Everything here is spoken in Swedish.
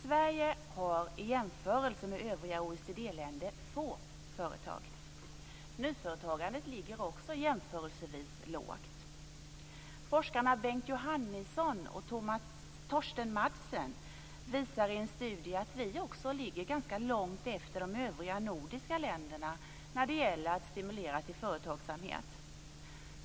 Sverige har i jämförelse med övriga OECD-länder få företag. Nyföretagandet ligger också jämförelsevis lågt. Forskarna Bengt Johannisson och Torsten Madsen visar i en studie att vi också ligger ganska långt efter de övriga nordiska länderna när det gäller att stimulera till företagsamhet.